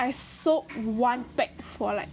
I sold one pack for like